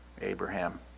Abraham